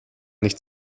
nicht